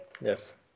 Yes